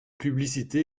publicité